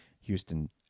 houston